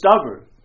stubborn